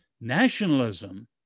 Nationalism